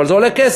אבל זה עולה כסף.